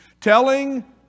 Telling